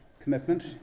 Commitment